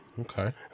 okay